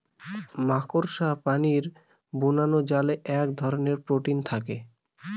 মাকড়সা প্রাণীর বোনাজালে এক ধরনের প্রোটিন থাকে